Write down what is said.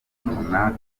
runaka